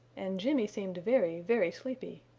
and jimmy seemed very, very sleepy.